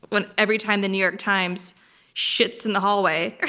but every time the new york times shits in the hallway.